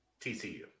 TCU